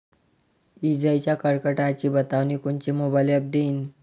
इजाइच्या कडकडाटाची बतावनी कोनचे मोबाईल ॲप देईन?